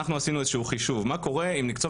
אנחנו עשינו איזה שהוא חישוב מה קורה אם נקצוב